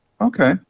Okay